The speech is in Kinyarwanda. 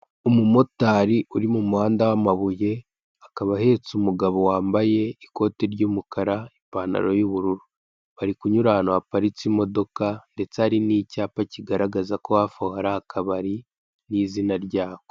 Umumotari uri mu muhanda w'amabuye akaba ahetse umugabo wambaye ikote ry'umukara ipantaro y'ubururu, bari kunyura ahantu haparitse imodoka ndetse hari n'icyapa kigaragaza ko hafi aho hari akabari n'izina ryako.